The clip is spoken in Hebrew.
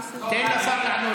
תפדל.